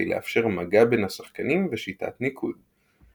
לאפשר מגע בין השחקנים ושיטת ניקוד.